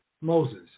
Moses